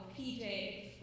PJ